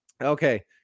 Okay